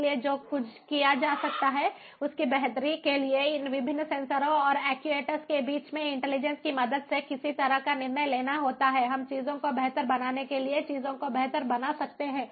इसलिए जो कुछ किया जा सकता है उसकी बेहतरी के लिए इन विभिन्न सेंसरों और एक्ट्यूएटर्स के बीच में इंटेलिजेंस की मदद से किसी तरह का निर्णय लेना होता है हम चीजों को बेहतर बनाने के लिए चीजों को बेहतर बना सकते हैं